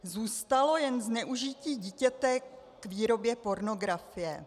Zůstalo jen zneužití dítěte k výrobě pornografie.